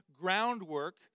groundwork